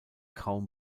kaum